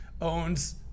owns